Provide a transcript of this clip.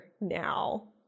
now